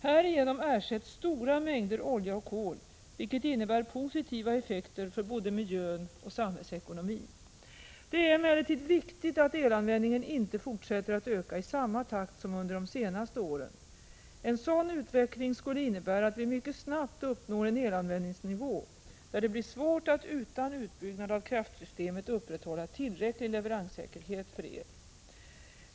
Härigenom ersätts stora mängder olja och kol, vilket innebär positiva effekter för både miljön och samhällsekonomin. Det är emellertid viktigt att elanvändningen inte fortsätter att öka i samma takt som under de senaste åren. En sådan utveckling skulle innebära att vi mycket snabbt uppnår en elanvändningsnivå där det blir svårt att utan utbyggnad av kraftsystemet upprätthålla tillräcklig leveranssäkerhet för el.